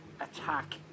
Attack